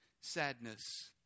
sadness